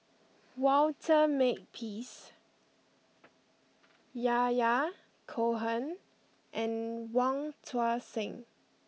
Walter Makepeace Yahya Cohen and Wong Tuang Seng